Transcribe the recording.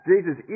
Jesus